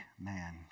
man